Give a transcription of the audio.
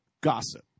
gossip